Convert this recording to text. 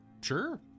Sure